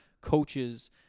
coaches